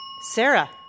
Sarah